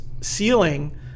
ceiling